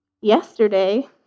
yesterday